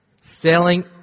Selling